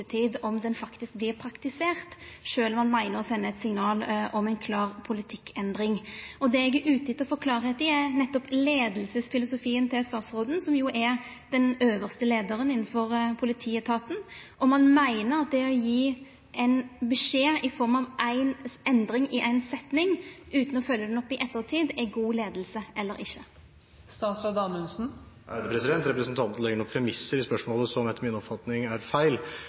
om det faktisk vert praktisert, sjølv om han meiner å senda eit signal om ei klar politikkendring. Det eg er ute etter å få klargjort, er nettopp leiingsfilosofien til statsråden, som jo er den øvste leiaren innan politietaten, om han meiner at det å gje ein beskjed i form av ei endring i ei setning, utan å følgja det opp i ettertid, er god leiing eller ikkje. Representanten legger noen premisser i spørsmålet som etter min oppfatning er feil.